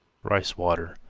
rice-water,